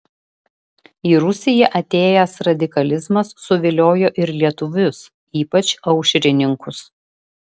į rusiją atėjęs radikalizmas suviliojo ir lietuvius ypač aušrininkus